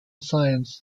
science